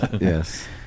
Yes